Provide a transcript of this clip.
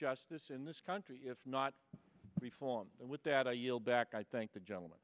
justice in this country if not reform with that i yield back i thank the gentleman